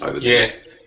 Yes